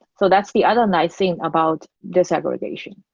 so that's the other nice thing about disaggregation.